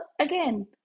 again